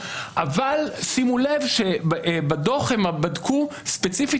אבל שימו לב שבדוח הם בדקו ספציפית